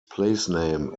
placename